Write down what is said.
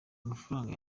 mafaranga